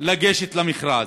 בלבד לגשת למכרז.